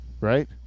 right